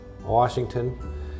Washington